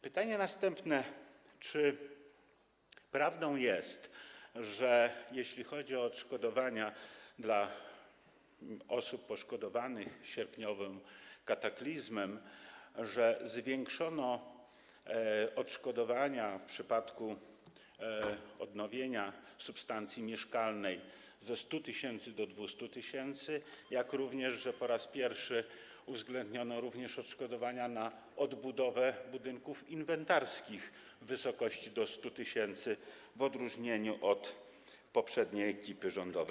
Pytanie następne: Czy prawdą jest, że jeśli chodzi o odszkodowania dla osób poszkodowanych w sierpniowym kataklizmie, zwiększono je w przypadku odnowienia substancji mieszkalnej ze 100 tys. do 200 tys., jak również po raz pierwszy uwzględniono odszkodowania na odbudowę budynków inwentarskich w wysokości do 100 tys., w odróżnieniu od działań poprzedniej ekipy rządowej?